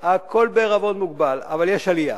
הכול בעירבון מוגבל, אבל יש עלייה.